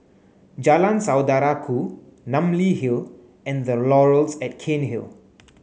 Jalan Saudara Ku Namly Hill and The Laurels at Cairnhill